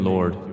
Lord